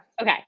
Okay